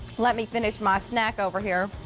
let me finish my snack over here.